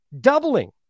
Doubling